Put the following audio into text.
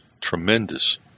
Tremendous